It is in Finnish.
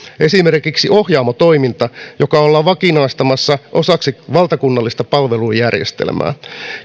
esimerkkinä ohjaamo toiminta joka ollaan vakinaistamassa osaksi valtakunnallista palvelujärjestelmää